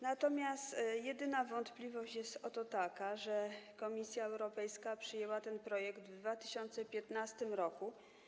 Natomiast jedyna wątpliwość jest oto taka, że Komisja Europejska przyjęła ten projekt w 2015 r.